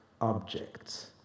objects